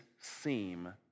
seem